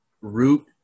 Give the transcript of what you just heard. root